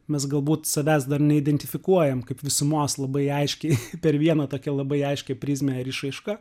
mes galbūt savęs dar neidentifikuojam kaip visumos labai aiškiai per vieną tokią labai aiškią prizmę ir išraišką